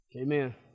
Amen